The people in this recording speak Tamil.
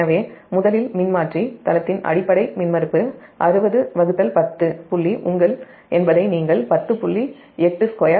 எனவே முதலில் மின்மாற்றி தளத்தின் அடிப்படை மின்மறுப்பு 6010 புள்ளி என்பதை நீங்கள் 10